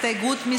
יחיאל חיליק בר,